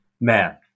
Man